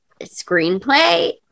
screenplay